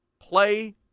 play